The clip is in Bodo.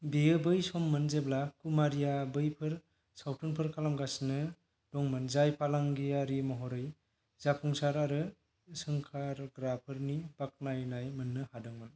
बेयो बै सम्मोन जेब्ला कुमारीया बैफोर सावथुनफोर खालामगासिनो दंमोन जाय फालांगियारि महरै जाफुंसार आरो सोंखारग्राफोरनि बाख्नायनाय मोन्नो हादोंमोन